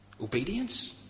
Obedience